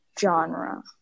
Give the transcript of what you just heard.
genre